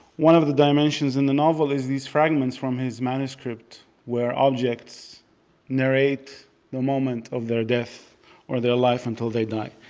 one of the dimensions in the novel is these fragments from his manuscript where objects narrate the moment of their death or their life until they die.